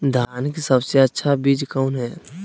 धान की सबसे अच्छा बीज कौन है?